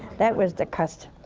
that was the custom.